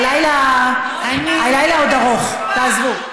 הלילה עוד ארוך, תעזבו.